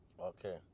Okay